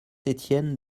étienne